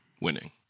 winning